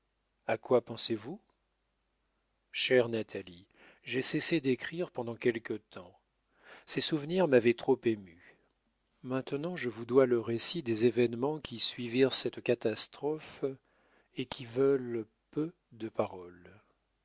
a quoi pensez-vous chère natalie j'ai cessé d'écrire pendant quelque temps ces souvenirs m'avaient trop ému maintenant je vous dois le récit des événements qui suivirent cette catastrophe et qui veulent peu de paroles